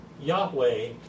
Yahweh